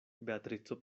beatrico